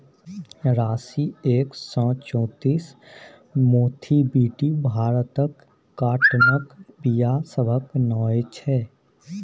राशी एक सय चौंतीस, मोथीबीटी भारतक काँटनक बीया सभक नाओ छै